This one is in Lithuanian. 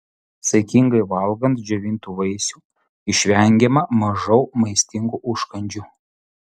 saikingai valgant džiovintų vaisių išvengiama mažau maistingų užkandžių